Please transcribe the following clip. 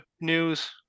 news